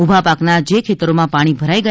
ઉભા પાકના જે ખેતરોમાં પાણી ભરાઇ તા